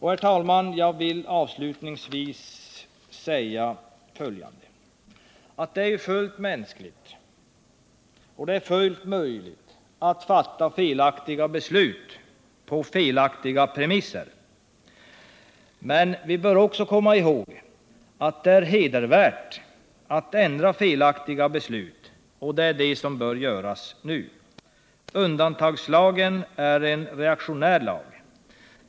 Herr talman! Jag vill avslutningsvis säga följande. Det är mänskligt och fullt möjligt att fatta felaktiga beslut på felaktiga premisser. Men vi bör också komma i håg att det är hedervärt att ändra felaktiga beslut, och det är det som bör göras nu. Undantagslagen är en reaktionär lag.